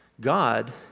God